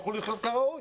יוכלו לחיות כראוי.